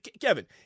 Kevin